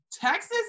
Texas